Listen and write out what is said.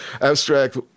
abstract